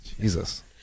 Jesus